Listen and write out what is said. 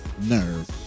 nerve